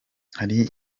hari